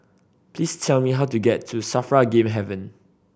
please tell me how to get to SAFRA Game Haven